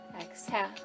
exhale